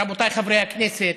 רבותיי חברי הכנסת,